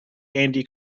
andy